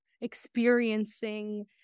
experiencing